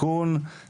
קודם כל,